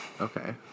Okay